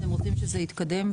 אם אתם רוצים שזה יתקדם,